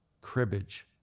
cribbage